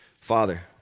Father